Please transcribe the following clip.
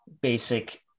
basic